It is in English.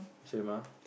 same ah